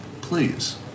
Please